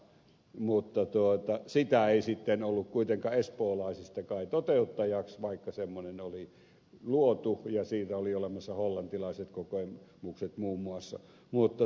mutta siinä ei sitten ollut kuitenkaan espoolaisista kai sen toteuttajiksi vaikka semmoinen oli luotu ja siitä oli olemassa hollantilaiset kokemukset muun muassa